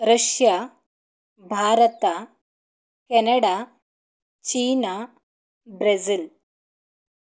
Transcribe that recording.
Russia Bharat Canada China Brazil